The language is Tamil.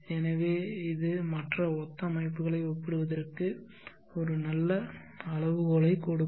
எனவே இது மற்ற ஒத்த அமைப்புகளை ஒப்பிடுவதற்கு ஒரு நல்ல அளவுகோலைக் கொடுக்கும்